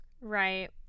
right